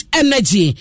energy